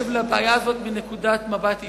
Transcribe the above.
לבעיה הזאת מנקודת מבט אישית.